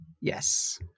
yes